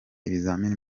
ibizamini